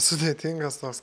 sudėtingas toks